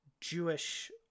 Jewish